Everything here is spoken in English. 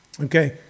Okay